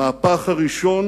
המהפך הראשון